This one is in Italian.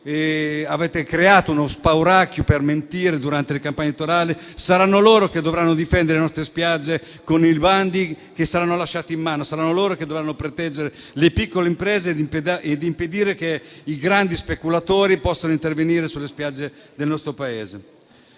avete creato uno spauracchio per mentire durante la campagna elettorale - le nostre spiagge con i bandi che saranno lasciati nelle loro mani. Saranno loro a dover proteggere le piccole imprese e impedire che i grandi speculatori possano intervenire sulle spiagge del nostro Paese.